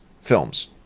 films